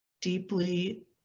deeply